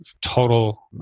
total